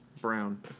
brown